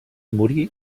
morir